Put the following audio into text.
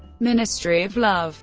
ministry of love